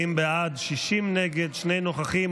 40 בעד, 60 נגד, שני נוכחים.